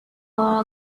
are